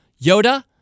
Yoda